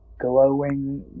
glowing